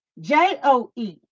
J-O-E